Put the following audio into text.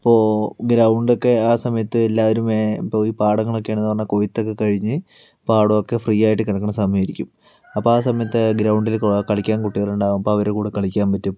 ഇപ്പോൾ ഗ്രൗണ്ടൊക്കെ ആ സമയത്ത് എല്ലാരുമേ പോയി പടങ്ങളക്കേന്ന് പറഞ്ഞാൽ കൊയ്ത്തൊക്കെ കഴിഞ്ഞ് പാടമൊക്കെ ഫ്രീ ആയിട്ട് കിടക്കണ സമയമായിരിക്കും അപ്പം ആ സമയത്ത് ഗ്രൗണ്ടില് കൊ കളിക്കാൻ കുട്ടികളുണ്ടാകും അപ്പോൾ അവരുടെ കൂടെ കളിക്കാൻ പറ്റും